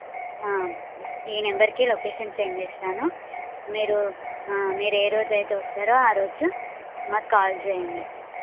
ఈ నెంబర్కి location send చేస్తాను మీరు మీరు ఏ రోజైతే వస్తారో ఆరోజు మాకు కాల్ చేయండి